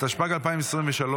התשפ"ג 2023,